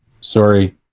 Sorry